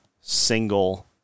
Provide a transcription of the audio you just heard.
single